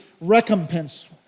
recompense